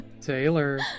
Taylor